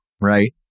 right